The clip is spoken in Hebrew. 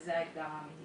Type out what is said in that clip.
זה האתגר האמיתי.